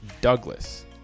Douglas